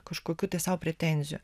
kažkokių sau pretenzijų